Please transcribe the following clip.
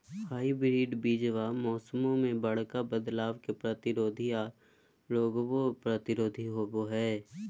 hybrid बीजावा मौसम्मा मे बडका बदलाबो के प्रतिरोधी आ रोगबो प्रतिरोधी होबो हई